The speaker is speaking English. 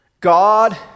God